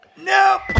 Nope